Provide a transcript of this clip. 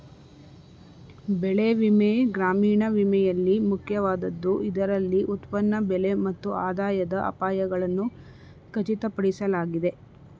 ಬೆಳೆ ವಿಮೆ ಗ್ರಾಮೀಣ ವಿಮೆಯಲ್ಲಿ ಮುಖ್ಯವಾದದ್ದು ಇದರಲ್ಲಿ ಉತ್ಪನ್ನ ಬೆಲೆ ಮತ್ತು ಆದಾಯದ ಅಪಾಯಗಳನ್ನು ಖಚಿತಪಡಿಸಲಾಗಿದೆ